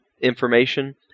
information